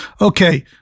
Okay